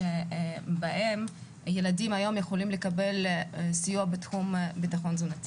שבהם הילדים היום יכולים לקבל סיוע בתחום הביטחון התזונתי.